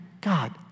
God